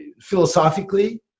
philosophically